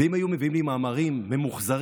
ואם היו מביאים לי מאמרים ממוחזרים,